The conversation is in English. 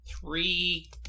three